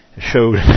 showed